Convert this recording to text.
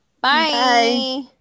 Bye